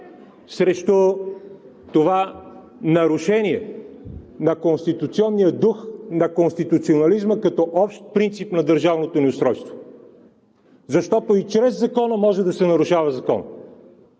срещу това нарушение на конституционния дух и конституционализма като общ принцип на държавното ни устройство. Защото и чрез закона може да се нарушава законът,